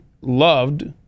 loved